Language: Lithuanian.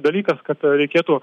dalykas kad reikėtų